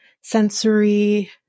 sensory